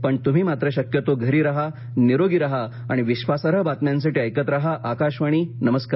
पण तुम्ही मात्र शक्यतो घरी रहा निरोगी रहा आणि विश्वासार्ह बातम्यांसाठी ऐकत राहा आकाशवाणी नमस्कार